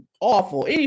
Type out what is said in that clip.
awful